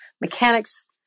mechanics